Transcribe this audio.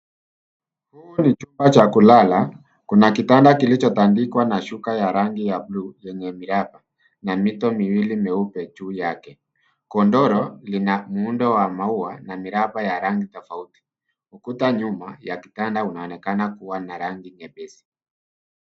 Huu ni chumba cha kulala. Kuna kitanda kilichotandikwa na shuka ya rangi ya bluu yenye miraba na mito miwili meupe juu yake. Godoro lina muundo wa maua na miraba ya rangi tofauti. Ukuta nyuma ya kitanda unaonekana kuwa na rangi nyepesi.